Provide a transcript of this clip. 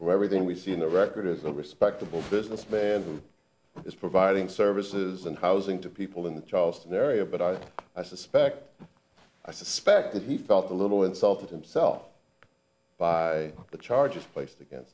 or everything we see in the record is a respectable businessman who is providing services and housing to people in the charleston area but i suspect i suspect that he felt a little insult himself by the charges placed again